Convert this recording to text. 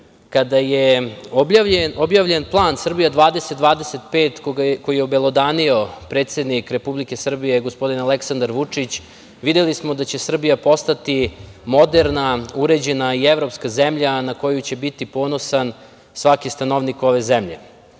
je objavljen plan „Srbija 2025“ koji je obelodanio predsednik Republike Srbije gospodin Aleksandar Vučić videli smo da će Srbija postati moderna, uređena i evropska zemlja na koju će biti ponosan svaki stanovnik ove